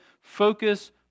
Focus